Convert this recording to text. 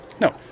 No